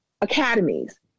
academies